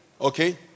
okay